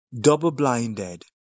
double-blinded